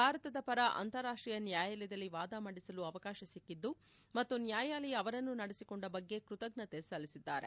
ಭಾರತದ ಪರ ಅಂತಾರಾಷ್ಟೀಯ ನ್ಯಾಯಾಲಯದಲ್ಲಿ ವಾದ ಮಂದಿಸಲು ಅವಕಾಶ ಸಿಕ್ಕಿದ್ದು ಮತ್ತು ನ್ಯಾಯಾಲಯ ಅವರನ್ನು ನಡೆಸಿಕೊಂಡ ಬಗ್ಗೆ ಕೃತಜ್ಞತೆ ಸಲ್ಲಿಸಿದ್ದಾರೆ